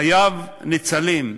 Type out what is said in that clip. חייו ניצלים.